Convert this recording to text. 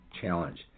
challenge